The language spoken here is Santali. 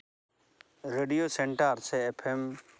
ᱨᱮᱰᱤᱭᱳ ᱥᱮᱱᱴᱟᱨ ᱥᱮ ᱮᱯᱷᱮᱢ